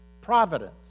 providence